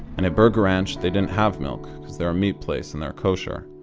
and at burger ranch, they didn't have milk cause they're a meat place and they're kosher,